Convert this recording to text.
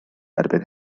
erbyn